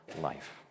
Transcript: life